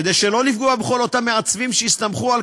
כדי שלא לפגוע בכל אותם מעצבים שהסתמכו על